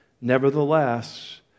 Nevertheless